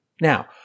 Now